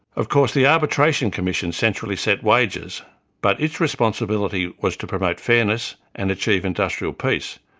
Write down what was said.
of course the arbitration commission centrally set wages but its responsibility was to promote fairness and achieve industrial peace,